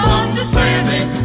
understanding